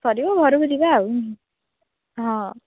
ସରିବ ଘରକୁ ଯିବା ଆଉ ହଁ